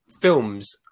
films